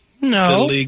No